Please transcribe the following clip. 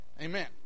Amen